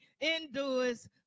endures